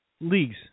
leagues